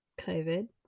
COVID